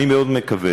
אני מאוד מקווה